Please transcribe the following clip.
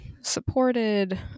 supported